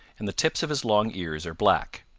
and the tips of his long ears are black.